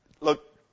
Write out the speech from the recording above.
look